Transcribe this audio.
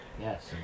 Yes